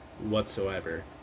whatsoever